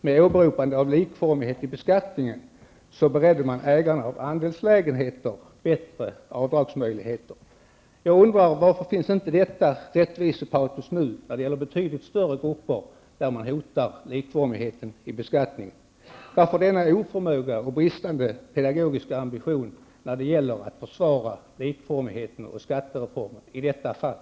Med åberopande av likformigheten av beskattningen beredde man ägarna av andelslägenheter bättre avdragsmöjligheter. Varför finns inte detta rättvisepatos nu när det gäller betydligt större grupper och där likformigheten i beskattningen hotas? Varför denna oförmåga och bristande pedagogiska ambition när det gäller att försvara likformigheten och skattereformen i detta fall?